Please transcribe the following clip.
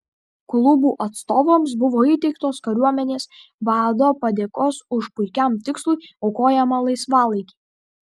klubų atstovams buvo įteiktos kariuomenės vado padėkos už puikiam tikslui aukojamą laisvalaikį